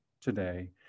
today